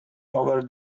over